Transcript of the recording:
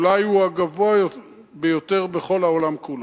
אולי הוא הגבוה ביותר בכל העולם כולו,